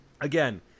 again